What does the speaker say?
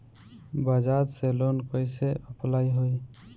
बजाज से लोन कईसे अप्लाई होई?